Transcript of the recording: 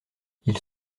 ils